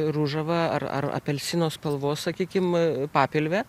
ružava ar ar apelsino spalvos sakykim papilvė